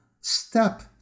step